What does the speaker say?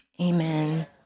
Amen